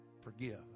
forgive